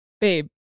Babe